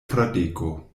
fradeko